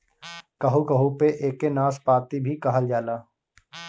कहू कहू पे एके नाशपाती भी कहल जाला